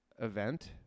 event